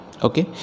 Okay